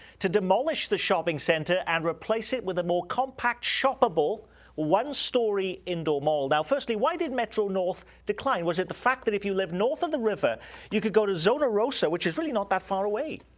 to demolish the shopping center and replace it with a more compact, shoppable one-story indoor mall. firstly, why did metro north decline? was it the fact that if you live north of the river you could go to zona rosa, which is really not that far away?